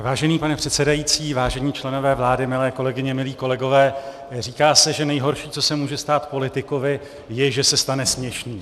Vážený pane předsedající, vážení členové vlády, milé kolegyně, milí kolegové, říká se, že nejhorší, co se může stát politikovi, je, že se stane směšným.